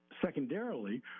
secondarily